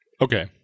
Okay